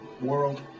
world